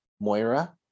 Moira